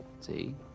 see